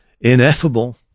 ineffable